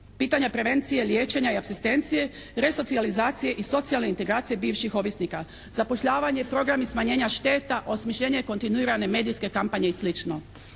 pitanja prevencije, liječenja i apstitencije, resocijalizacije i socijalne integracije bivših ovisnika, zapošljavanje, programi smanjenja šteta, osmišljenje kontinuirane medijske kampanje i sl.